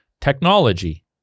technology